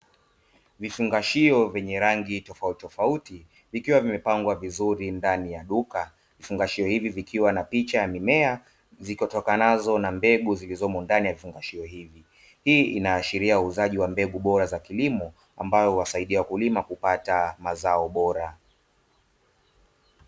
Vifungashio vyenye rangi tofautitofauti vikiwa vimepangwa vizuri ndani ya duka, vifungashio hivi vikiwa na picha ya mimea zitokanazo na mbegu zilizomo ndani ya vifungashio hivi; hii inaashiria uuzaji wa mbegu bora za kilimo ambayo huwasaidia wakulima kupata mazao bora.